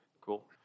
Cool